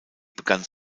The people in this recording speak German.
begann